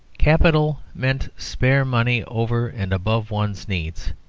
capital meant spare money over and above one's needs.